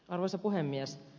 arvoisa puhemies